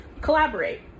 collaborate